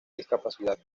discapacidad